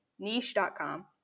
niche.com